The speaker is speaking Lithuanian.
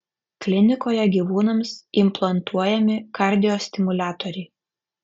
klinikoje gyvūnams implantuojami kardiostimuliatoriai